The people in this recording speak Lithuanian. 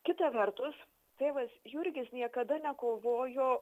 kita vertus tėvas jurgis niekada nekovojo